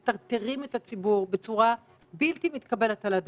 מטרטרים את הציבור בצורה בלתי מתקבלת על הדעת,